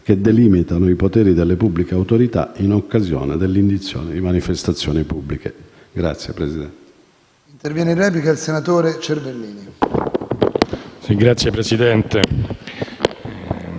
che delimitano i poteri delle pubbliche autorità in occasione dell'indizione di manifestazioni pubbliche.